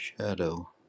shadow